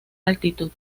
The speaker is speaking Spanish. altitud